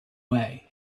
way